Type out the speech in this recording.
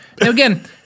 again—